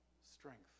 strength